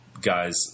guys